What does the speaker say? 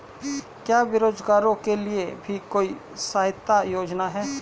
क्या बेरोजगारों के लिए भी कोई सहायता योजना है?